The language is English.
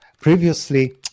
previously